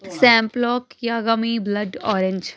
Sampaloc ਯਾਗਾਮੀ blood orange